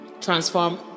transform